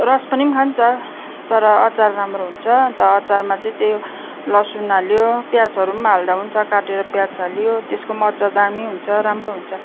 रस पनि खान्छ तर अचार राम्रो हुन्छ अन्त अचारमा चाहिँ त्यही हो लसुन हाल्यो प्याजहरू पनि हाल्दा हुन्छ काटेर प्याज हाल्यो त्यसको पनि अचार दामी हुन्छ राम्रो हुन्छ